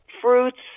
fruits